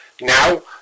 Now